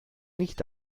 nicht